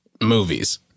movies